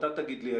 אתה תגיד לי,